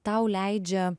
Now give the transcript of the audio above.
tau leidžia